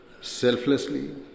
selflessly